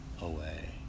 away